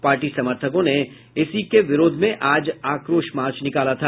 party समर्थकों ने इसके विरोध में आज आक्रोश मार्च निकाला था